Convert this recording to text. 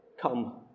Come